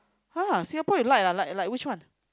!huh! Singapore you like ah like like which one